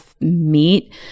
meat